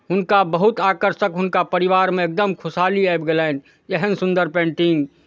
हुनका बहुत आकर्षक हुनका परिवारमे एकदम खुशहाली आबि गेलनि एहन सुन्दर पेन्टिंग